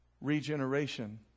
regeneration